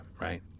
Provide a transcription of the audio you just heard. right